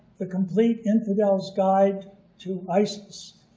the complete infidel's guide to isis.